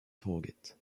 target